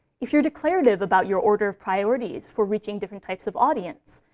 if you're declarative about your order of priorities for reaching different types of audience,